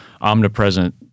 omnipresent